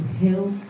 help